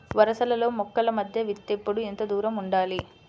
వరసలలో మొక్కల మధ్య విత్తేప్పుడు ఎంతదూరం ఉండాలి?